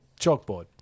chalkboard